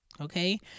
Okay